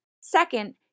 Second